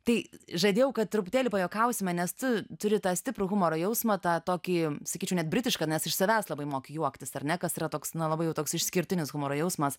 tai žadėjau kad truputėlį pajuokausime nes tu turi tą stiprų humoro jausmą tą tokį sakyčiau net britišką nes iš savęs labai moki juoktis ar ne kas yra toks na labai jau toks išskirtinis humoro jausmas